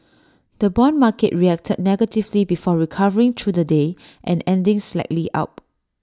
the Bond market reacted negatively before recovering through the day and ending slightly up